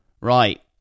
Right